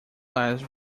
less